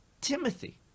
timothy